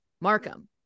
Markham